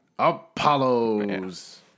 Apollos